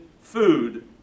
food